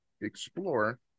explore